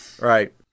Right